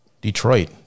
Detroit